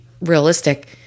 realistic